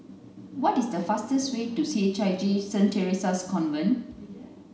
what is the fastest way to C H I J Saint Theresa's Convent